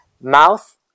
Mouth